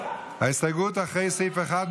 הסתייגות אחרי סעיף 1,